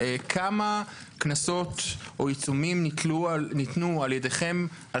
כמה קנסות או עיצומים ניתנו על ידיכם על